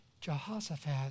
Jehoshaphat